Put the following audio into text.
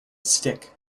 stick